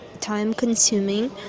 time-consuming